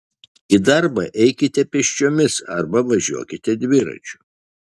į darbą eikite pėsčiomis arba važiuokite dviračiu